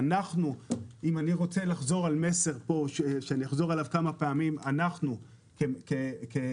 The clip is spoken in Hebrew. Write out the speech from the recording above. אני אחזור על המסר כמה פעמים: אנחנו כממשלה,